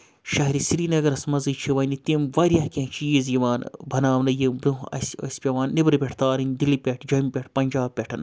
شہرِ سرینگرَس منٛزٕے چھِ وَنہِ تِم واریاہ کینٛہہ چیٖز یِوان بَناونہٕ یِم برٛونٛہہ اَسہِ ٲسۍ پٮ۪وان نٮ۪برٕ پٮ۪ٹھ تارٕنۍ دِلہِ پٮ۪ٹھ جۄمہِ پٮ۪ٹھ پَنجاب پٮ۪ٹھ